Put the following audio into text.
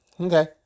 Okay